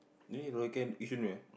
then you Yishun punya